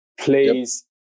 plays